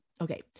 okay